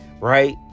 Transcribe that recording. Right